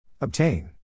Obtain